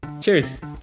Cheers